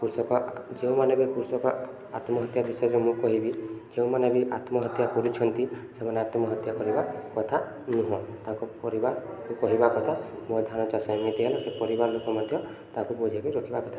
କୃଷକ ଯେଉଁମାନେ ବି କୃଷକ ଆତ୍ମହତ୍ୟା ବିଷୟରେ ମୁଁ କହିବି ଯେଉଁମାନେ ବି ଆତ୍ମହତ୍ୟା କରୁଛନ୍ତି ସେମାନେ ଆତ୍ମହତ୍ୟା କରିବା କଥା ନୁହଁ ତାଙ୍କ ପରିବାରକୁ କହିବା କଥା ମୋ ଧାନ ଚାଷ ଏମିତି ହେଲା ସେ ପରିବାର ଲୋକ ମଧ୍ୟ ତାକୁ ବୁଝେଇକି ରଖିବା କଥା